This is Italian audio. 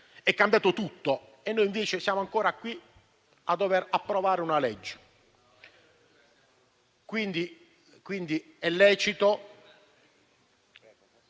è cambiato tutto e noi invece siamo ancora qui a dover approvare una legge. È dunque lecito